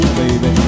baby